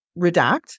redact